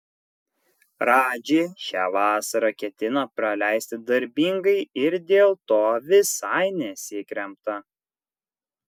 radži šią vasarą ketina praleisti darbingai ir dėl to visai nesikremta